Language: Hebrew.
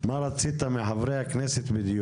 מה בדיוק רצית מחברי הכנסת.